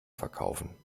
verkaufen